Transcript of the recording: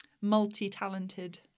multi-talented